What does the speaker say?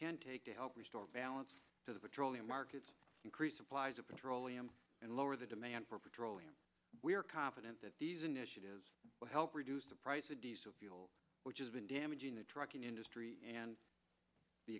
can take to help restore balance to the petroleum markets increase applies of petroleum and lower the demand for petroleum we are confident that these initiatives will help reduce the price of diesel fuel which is been damaging the trucking industry and the